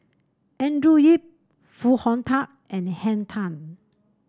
Andrew Yip Foo Hong Tatt and Henn Tan